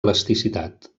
elasticitat